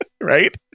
Right